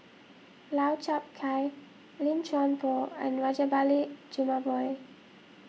Lau Chiap Khai Lim Chuan Poh and Rajabali Jumabhoy